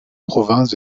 province